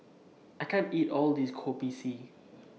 I can't eat All This Kopi C